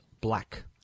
black